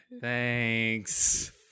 Thanks